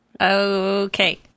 okay